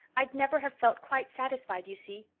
i'd never have felt quite satisfied, you see.